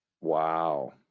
Wow